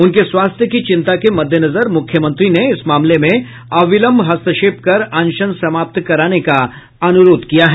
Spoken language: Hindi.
उनके स्वास्थ्य की चिंता के मद्देनजर मुख्यमंत्री ने इस मामले में अविलंब हस्तक्षेप कर अनशन समाप्त कराने का अनुरोध किया है